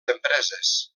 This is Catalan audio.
empreses